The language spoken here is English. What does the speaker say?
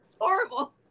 Horrible